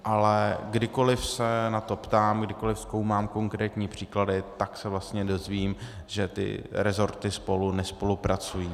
Ale kdykoli se na to ptám, kdykoli zkoumám konkrétní příklady, tak se vlastně dozvím, že ty rezorty spolu nespolupracují.